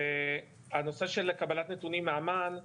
הנושא של קבלת נתונים מאמ"ן,